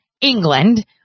England